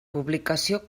publicació